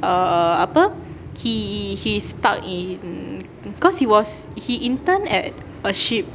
err apa he he stuck in cause he was he intern at a ship